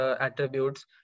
attributes